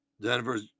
Denver's